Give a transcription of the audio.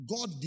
God